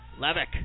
Levick